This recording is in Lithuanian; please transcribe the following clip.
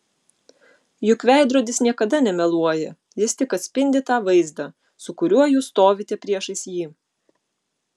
juk veidrodis niekada nemeluoja jis tik atspindi tą vaizdą su kuriuo jūs stovite priešais jį